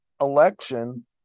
election